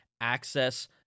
access